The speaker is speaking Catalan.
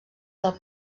del